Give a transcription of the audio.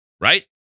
right